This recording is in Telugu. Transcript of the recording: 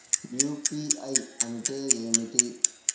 యూ.పీ.ఐ అంటే ఏమిటీ?